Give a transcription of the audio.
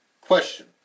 Question